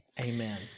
Amen